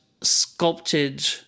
sculpted